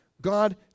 God